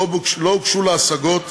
לא הוגשו לה השגות.